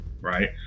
Right